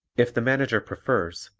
if the manager prefers,